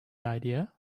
idea